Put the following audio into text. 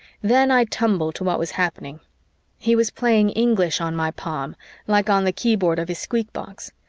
then i tumbled to what was happening he was playing english on my palm like on the keyboard of his squeakbox,